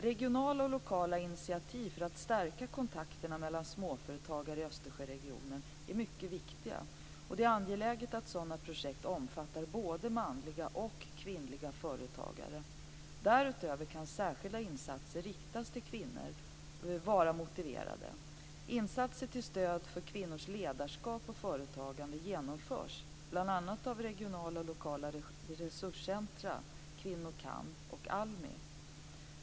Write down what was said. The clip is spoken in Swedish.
Regionala och lokala initiativ för att stärka kontakterna mellan småföretagare i Östersjöregionen är mycket viktiga, och det är angeläget att sådana projekt omfattar både manliga och kvinnliga företagare. Därutöver kan särskilda insatser riktade till kvinnor vara motiverade. Insatser till stöd för kvinnors ledarskap och företagande genomförs bl.a. av regionala och lokala resurscentrum, Kvinnor kan och ALMI.